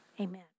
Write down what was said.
amen